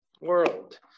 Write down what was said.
world